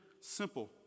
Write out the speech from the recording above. simple